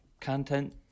content